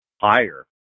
higher